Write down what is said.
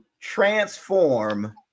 transform